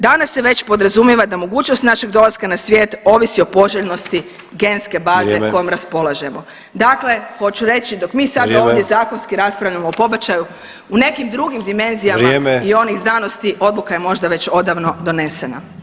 Danas se već podrazumijeva da mogućnost našeg dolaska na svijet ovisi o poželjnosti genske baze kojom raspolažemo [[Upadica: Vrijeme.]] Dakle, hoću reći, dok mi sad ovdje zakonski [[Upadica: Vrijeme.]] raspravljamo o pobačaju, u nekim drugim dimenzijama [[Upadica: Vrijeme.]] i onih znanosti, odluka je možda već odavno donesena.